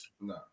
No